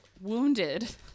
wounded